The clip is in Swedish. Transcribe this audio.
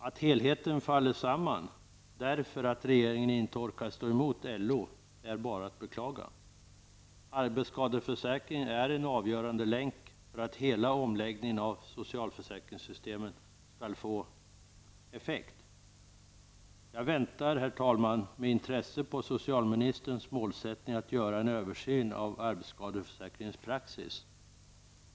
Att helheten faller samman därför att regeringen inte orkar stå emot LO är bara att beklaga. Arbetsskadeförsäkringen är en avgörande länk för att hela omläggningen av socialförsäkringssystemen skall få effekt. Jag väntar med intresse på socialministerns målsättning att göra en översyn av arbetsskadeförsäkringens praxis.